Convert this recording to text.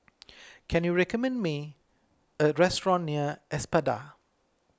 can you recommend me a restaurant near Espada